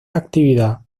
actividad